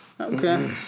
Okay